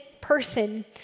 person